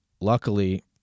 luckily